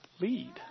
lead